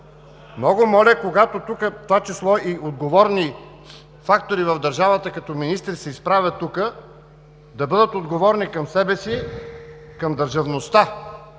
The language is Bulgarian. Много моля, когато тук, в това число и отговорни фактори в държавата, като министри, се изправят, да бъдат отговорни към себе си, към държавността